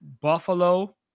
Buffalo